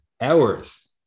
hours